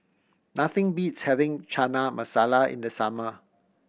nothing beats having Chana Masala in the summer